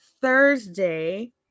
Thursday